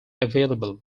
available